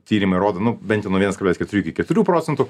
tyrimai rodo nu bent jau nuo vienas kablelis keturi iki keturių procentų